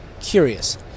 curious